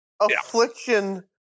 Affliction